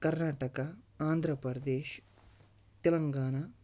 Karnataka Andhra Pradesh Telangana